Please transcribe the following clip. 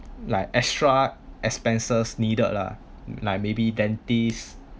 like extra expenses needed lah like maybe dentist